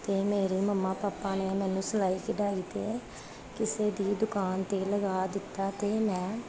ਅਤੇ ਮੇਰੀ mama papa ਨੇ ਮੈਨੂੰ ਸਿਲਾਈ ਕਢਾਈ ਤੇ ਕਿਸੇ ਦੀ ਦੁਕਾਨ 'ਤੇ ਲਗਾ ਦਿੱਤਾ ਅਤੇ ਮੈਂ